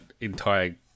entire